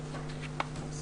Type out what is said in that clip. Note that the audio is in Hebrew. בבקשה.